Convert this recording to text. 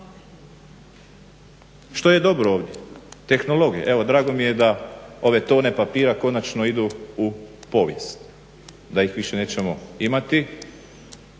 Što je dobro ovdje? Tehnologija. Evo drago mi je da ove tone papira konačno idu u povijest, da ih više nećemo imati,